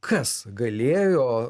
kas galėjo